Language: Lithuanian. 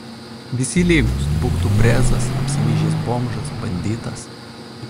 visi lygūs būk tu prezas apsimyžęs bomžas banditas